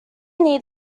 need